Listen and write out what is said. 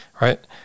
Right